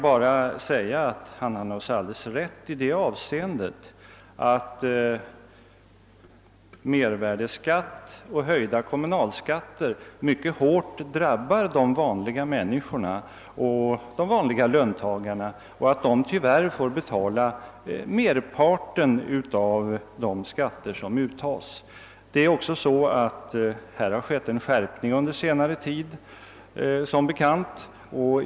Herr Ringaby har naturligtvis alldeles rätt i att mervärdeskatt och höjda kommunalskatter mycket hårt drabbar de vanliga människorna, löntagarna, och i att de tyvärr får betala merparten av de skatter som uttas. Under senare tid har som bekant en skärpning ägt rum.